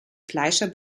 fleischer